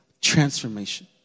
transformation